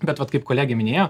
bet vat kaip kolegė minėjo